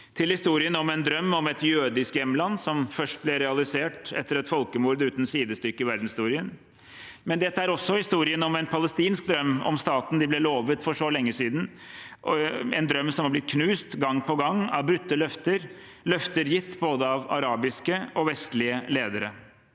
til historien om en drøm om et jødisk hjemland, som først ble realisert etter et folkemord uten sidestykke i verdenshistorien. Dette er også historien om en palestinsk drøm om staten de ble lovet for så lenge siden, en drøm som har blitt knust gang på gang av brutte løfter, løfter gitt av både arabiske og vestlige ledere.